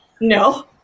no